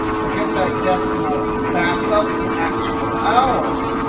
to get that decimal back up to actual hours,